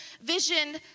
vision